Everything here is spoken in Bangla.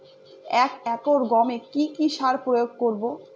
এক একর গমে কি কী সার প্রয়োগ করব?